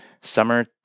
summer